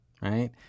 Right